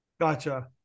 Gotcha